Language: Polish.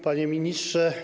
Panie Ministrze!